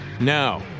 Now